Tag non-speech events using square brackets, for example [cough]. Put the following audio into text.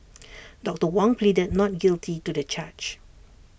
[noise] doctor Wong pleaded not guilty to the charge